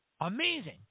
Amazing